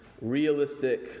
realistic